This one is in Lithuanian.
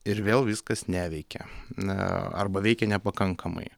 ir vėl viskas neveikia na arba veikė nepakankamai